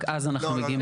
רק אז אנחנו מגיעים לפה.